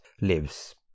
lives